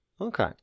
Okay